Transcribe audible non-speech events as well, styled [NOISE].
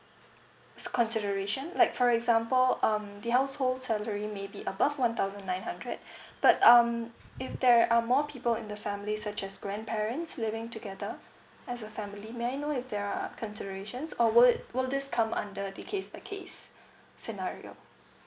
s~ consideration like for example um the household salary may be above one thousand nine hundred [BREATH] but um if there are more people in the family such as grandparents living together as a family may I know if they are considerations or will it will this come under the case by case scenario